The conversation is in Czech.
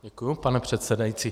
Děkuji, pane předsedající.